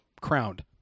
crowned